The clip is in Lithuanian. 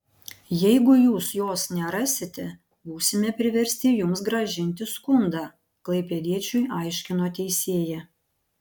jeigu jūs jos nerasite būsime priversti jums grąžinti skundą klaipėdiečiui aiškino teisėja